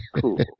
cool